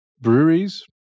breweries